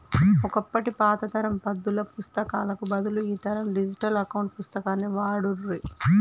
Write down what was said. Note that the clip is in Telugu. ఒకప్పటి పాత తరం పద్దుల పుస్తకాలకు బదులు ఈ తరం డిజిటల్ అకౌంట్ పుస్తకాన్ని వాడుర్రి